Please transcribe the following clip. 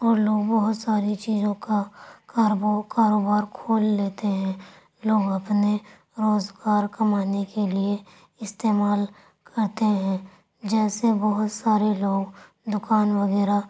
اور لوگ بہت ساری چیزوں کا کاروبار کھول لیتے ہیں لوگ اپنے روزگار کمانے کے لیے استعمال کرتے ہیں جیسے بہت سارے لوگ دکان وغیرہ